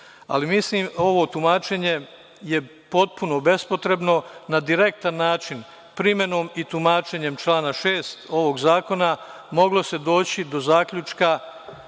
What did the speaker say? mislim ovo tumačenje je potpuno bespotrebno. Na direktan način primenom i tumačenjem člana 6. ovog zakona moglo se doći do zaključka